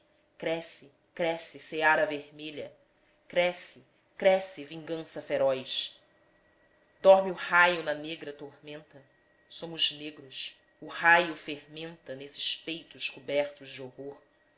cresce cresce seara vermelha cresce cresce vingança feroz dorme o raio na negra tormenta somos negros o raio fermenta nesses peitos cobertos de horror